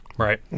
Right